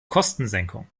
kostensenkung